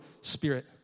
spirit